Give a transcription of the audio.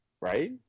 Right